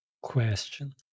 Question